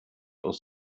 aus